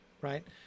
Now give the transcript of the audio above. right